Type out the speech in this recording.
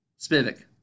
Spivak